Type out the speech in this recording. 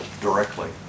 Directly